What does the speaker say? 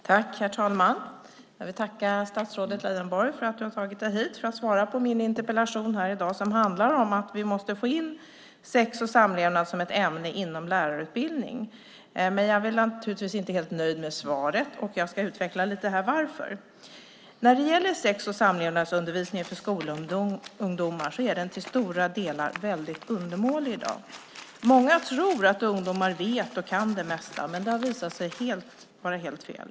Herr talman! Jag vill tacka statsrådet Leijonborg för att han har tagit sig hit för att svara på min interpellation här i dag. Den handlar om att vi måste få in sex och samlevnad som ett ämne inom lärarutbildningen. Jag är naturligtvis inte helt nöjd med svaret, och jag ska lite grann utveckla varför. Sex och samlevnadsundervisningen för skolungdomar är till stora delar undermålig i dag. Många tror att ungdomar vet och kan det mesta, men det har visat sig vara helt fel.